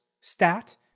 stat